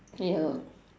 ya